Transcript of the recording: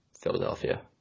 Philadelphia